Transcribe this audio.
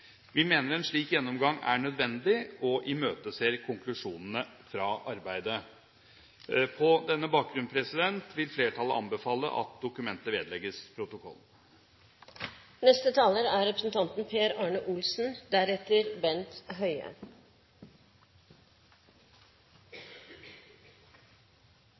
Vi mener en slik gjennomgang er nødvendig, og imøteser konklusjonene fra arbeidet. På denne bakgrunn vil flertallet anbefale at dokumentet vedlegges protokollen.